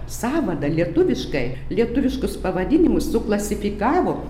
sąvadą lietuviškai lietuviškus pavadinimus suklasifikavo